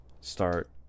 start